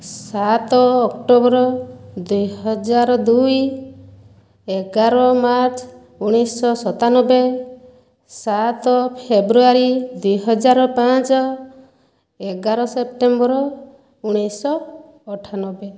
ସାତ ଅକ୍ଟୋବର ଦୁଇହଜାର ଦୁଇ ଏଗାର ମାର୍ଚ୍ଚ ଉଣେଇଶଶହ ସତାନବେ ସାତ ଫେବୃଆରୀ ଦୁଇ ହଜାର ପାଞ୍ଚ ଏଗାର ସେପ୍ଟେମ୍ବର ଉଣେଇଶଶହ ଅଠାନବେ